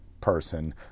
person